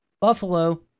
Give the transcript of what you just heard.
Buffalo